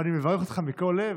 ואני מברך אותך מכל הלב.